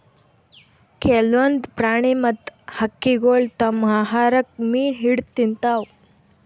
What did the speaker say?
ಕೆಲ್ವನ್ದ್ ಪ್ರಾಣಿ ಮತ್ತ್ ಹಕ್ಕಿಗೊಳ್ ತಮ್ಮ್ ಆಹಾರಕ್ಕ್ ಮೀನ್ ಹಿಡದ್ದ್ ತಿಂತಾವ್